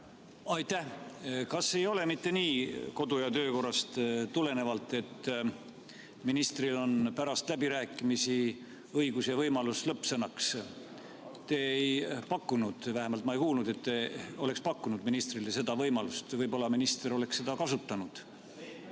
Aitäh! Kas ei ole mitte nii kodu‑ ja töökorrast tulenevalt, et ministril on pärast läbirääkimisi õigus ja võimalus lõppsõnaks? Te ei pakkunud, vähemalt ma ei kuulnud, et te oleks pakkunud ministrile seda võimalust. Võib-olla minister oleks seda enne